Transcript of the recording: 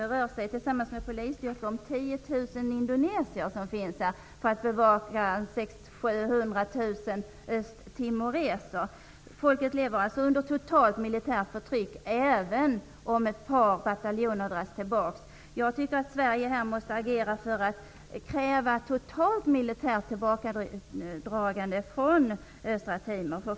Det rör sig tillsammans med polisstyrkor om 10 000 indonesier som finns där för att bevaka Folket lever alltså under totalt militärt förtryck, även om ett par bataljoner dras tillbaka. Jag tycker att Sverige måste agera för och kräva ett totalt militärt tillbakadragande från Östra Timor.